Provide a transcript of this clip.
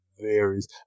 Varies